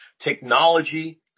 Technology